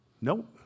Nope